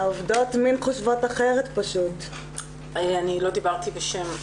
תודה רבה לכולם.